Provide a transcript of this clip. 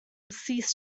ceased